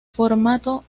formato